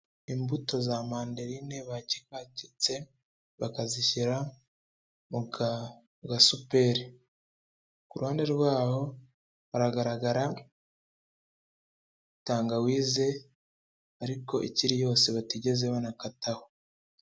Imbuto za mandarine bagiye baketse bakazishyira mu gasuperi, ku ruhande rwaho haragaragara tangawize ariko ikiri yose batigeze banakataho.